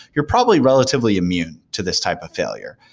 you're probably relatively immune to this type of failure.